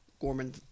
Gorman